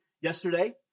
yesterday